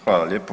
Hvala lijepo.